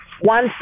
one